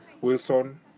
Wilson